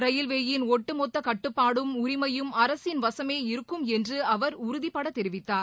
ரயில்வேயின் ஒட்டுமொத்த கட்டுப்பாடும் உரிமையும் அரசின் வசமே இருக்கும் என்று அவர் உறுதிபட தெரிவித்தார்